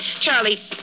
Charlie